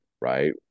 right